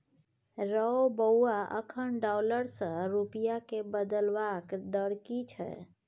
रौ बौआ अखन डॉलर सँ रूपिया केँ बदलबाक दर की छै?